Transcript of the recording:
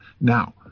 Now